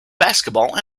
basketball